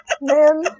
Man